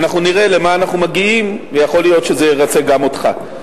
אנחנו נראה למה אנחנו מגיעים ויכול להיות שזה ירצה גם אותך.